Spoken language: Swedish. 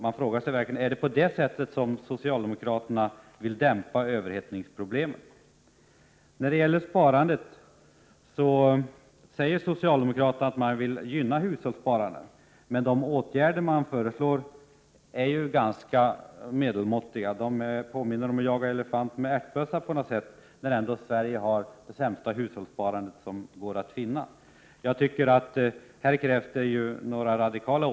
Man frågar sig verkligen: Är det på det sättet som socialdemokraterna vill dämpa överhettningsproblemen? Socialdemokraterna säger att de vill gynna hushållssparandet, men de åtgärder som socialdemokraterna föreslår ger ju ganska måttliga resultat. — Prot. 1987/88:47 Det påminner om att jaga elefanter med ärtbössor, när Sverige ändå har det — 17 december 1987 sämsta hushållssparande som går att finna. Här krävs radikala åtgärder i tra.